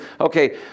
okay